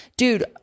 Dude